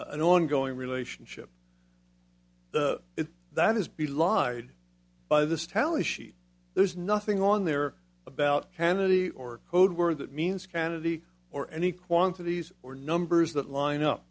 and ongoing relationship if that is be lied by this tally sheet there's nothing on there about kennedy or code word that means kind of the or any quantities or numbers that line up